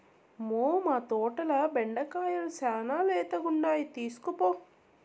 మ్మౌ, మా తోటల బెండకాయలు శానా లేతగుండాయి తీస్కోపో